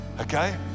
okay